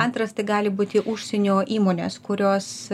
antras tai gali būti užsienio įmonės kurios